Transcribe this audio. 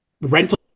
rental